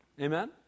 Amen